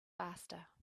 faster